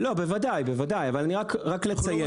בוודאי, בוודאי, אבל רק לציין.